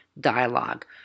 dialogue